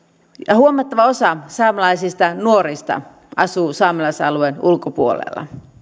huomattava osa saamelaisista nuorista asuu saamelaisalueen ulkopuolella